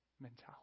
mentality